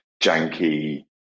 janky